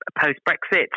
post-Brexit